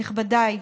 נכבדיי,